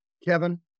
Kevin